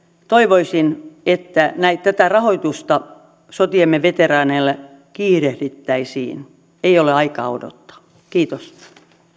toivoisin että tätä rahoitusta sotiemme veteraaneille kiirehdittäisiin ei ole aikaa odottaa kiitos